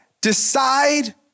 decide